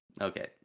Okay